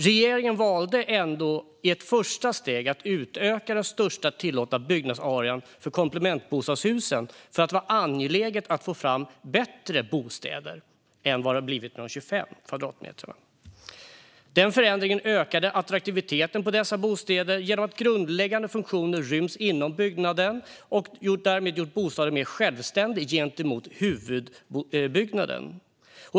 Regeringen valde ändå att i ett första steg utöka största tillåtna byggnadsarea för komplementsbostadshus för att det var angeläget att få fram bättre bostäder än det blivit med 25 kvadratmeter. Den ändringen ökade attraktiviteten på dessa bostäder genom att grundläggande funktioner nu ryms inom byggnaden, vilket gör bostaden mer självständig gentemot huvudbyggnaden.